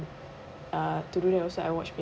uh today also I watch